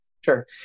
Sure